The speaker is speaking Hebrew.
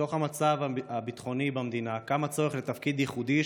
מתוך המצב הביטחוני במדינה קם הצורך לתפקיד ייחודי,